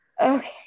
okay